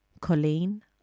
Colleen